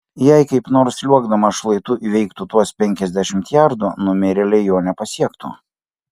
jei kaip nors sliuogdamas šlaitu įveiktų tuos penkiasdešimt jardų numirėliai jo nepasiektų